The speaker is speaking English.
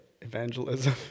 evangelism